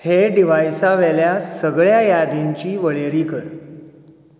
हे डिवायसावेल्या सगळ्या यादिंची वळेरी कर